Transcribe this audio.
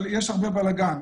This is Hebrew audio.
אבל יש הרבה בלגן.